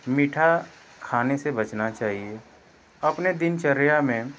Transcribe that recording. मीठा खाने से बचना चाहिये अपने दिनचर्या में